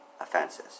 offenses